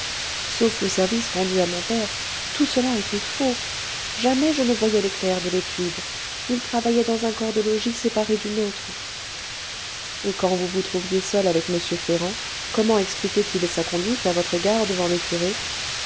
sauf le service rendu à mon père tout cela était faux jamais je ne voyais les clercs de l'étude ils travaillaient dans un corps de logis séparé du nôtre et quand vous vous trouviez seule avec m ferrand comment expliquait il sa conduite à votre égard devant le curé